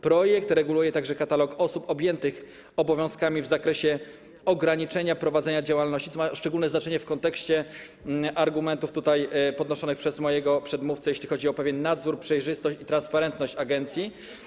Projekt reguluje także katalog osób objętych obowiązkami w zakresie ograniczenia prowadzenia działalności, co ma szczególne znaczenie w kontekście argumentów tutaj podnoszonych przez mojego przedmówcę, jeśli chodzi o pewien nadzór, przejrzystość i transparentność agencji.